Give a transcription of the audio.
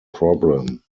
problem